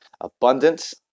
Abundance